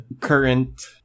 current